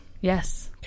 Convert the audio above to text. Yes